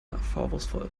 vorwurfsvoll